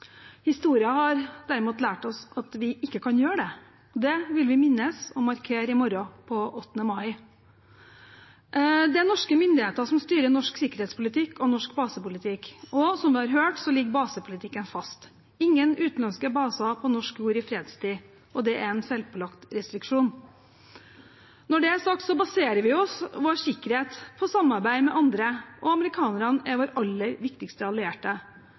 har derimot lært oss at vi ikke kan gjøre det. Det vil vi minnes og markere i morgen, den 8. mai. Det er norske myndigheter som styrer norsk sikkerhetspolitikk og norsk basepolitikk. Og, som vi har hørt, basepolitikken ligger fast: ingen utenlandske baser på norsk jord i fredstid. Det er en selvpålagt restriksjon. Når det er sagt, baserer vi jo vår sikkerhet på samarbeid med andre, og amerikanerne er vår aller viktigste allierte.